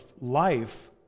life